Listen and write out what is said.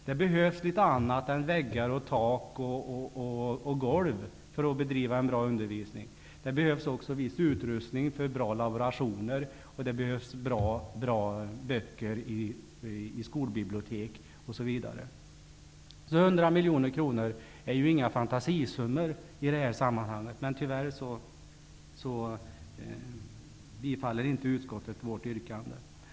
Det behövs litet annat än väggar, tak och golv för att bedriva en bra undervisning. Det behövs även viss utrustning för bra laborationer, och det behövs bra böcker i skolbiblioteken, osv. 100 miljoner kronor är ju inga fantasisummor i detta sammanhang, men tyvärr tillstyrker utskottet inte vårt yrkande.